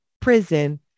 prison